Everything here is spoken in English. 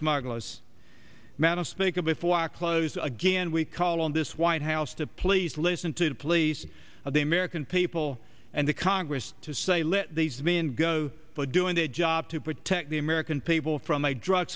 speaker before our close again we call on this white house to please listen to the polices of the american people and the congress to say let these men go for doing their job to protect the american people from a drug